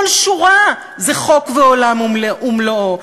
כל שורה זה חוק ועולם ומלואו.